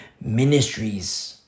ministries